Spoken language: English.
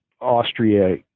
Austria